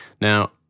Now